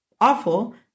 awful